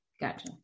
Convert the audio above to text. Gotcha